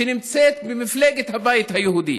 שנמצאת במפלגת הבית היהודי.